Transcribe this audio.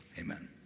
amen